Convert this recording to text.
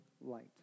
light